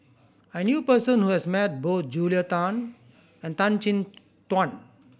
I knew person who has met both Julia Tan and Tan Chin Tuan